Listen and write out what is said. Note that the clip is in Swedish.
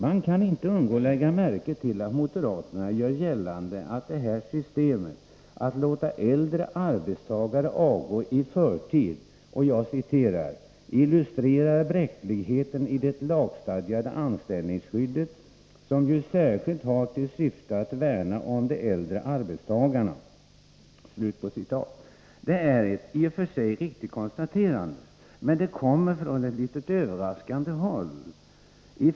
Man kan dock inte undgå att lägga märke till att moderaterna gör gällande att systemet att låta äldre arbetstagare avgå i förtid illustrerar ”bräckligheten i det lagstadgade anställningsskyddet, som ju särskilt har till syfte att värna om de äldre arbetarna”. Det är ett i och för sig riktigt konstaterande, men det kommer från ett litet överraskande håll.